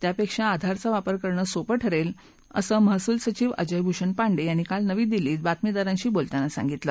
त्यापेक्षा आधारचा वापर करणं सोपं ठरेल असं महसूल सचिव अजयभूषण पांडे यांनी काल नवी दिल्ली इथं बातमीदारांशी बोलताना सांगितलं